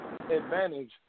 advantage